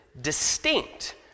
distinct